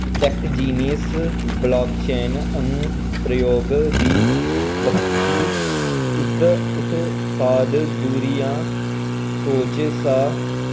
टैक्कजीनियस blockchain अनुप्रयोग दी बक्खी इक उत्पाद धुरियां सोच सा